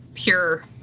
pure